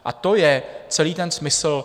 A to je celý ten smysl.